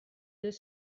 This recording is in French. deux